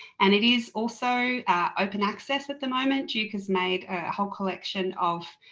and it is also open access at the moment, duke has made a whole collection of